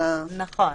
נכון.